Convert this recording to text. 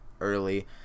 early